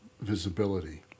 visibility